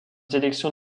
sélection